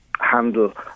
handle